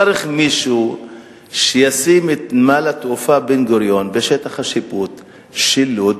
צריך מישהו שישים את נמל התעופה בן-גוריון בשטח השיפוט של לוד,